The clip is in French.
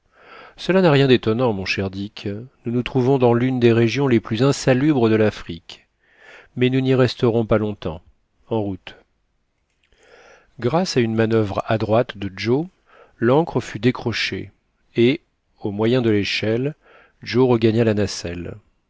cela n'a rien d'étonnant mon cher dick nous nous trouvons dans l'une des régions les plus insalubres de l'afrique mais nous ny resterons pas longtemps en route grâce à une manuvre adroite de joe l'ancre fut décrochée et au moyen de l'échelle joe regagna la nacelle